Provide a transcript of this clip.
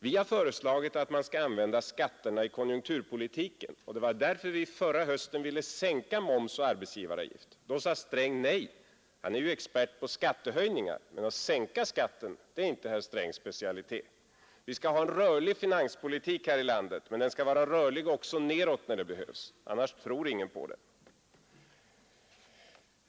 Vi har föreslagit att man skall använda skatterna i konjunkturpolitiken, och det var därför vi förra hösten ville sänka moms och arbetsgivaravgift. Då sade herr Sträng nej. Han är ju expert på skattehöjningar, men att sänka skatten är inte herr Strängs specialitet. Vi skall ha en rörlig finanspolitik här i landet, men den skall vara rörlig också nedåt när det behövs, annars tror ingen på den.